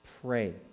pray